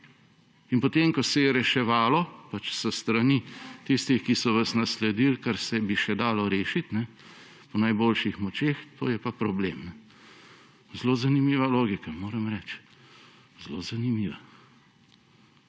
In potem ko se je reševalo s strani tistih, ki so vas nasledili, kar bi se še dalo rešiti, po najboljših močeh, je pa problem. Zelo zanimiva logika, moram reči. Zelo zanimiva.